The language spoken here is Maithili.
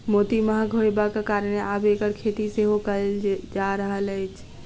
मोती महग होयबाक कारणेँ आब एकर खेती सेहो कयल जा रहल अछि